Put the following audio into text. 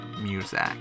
music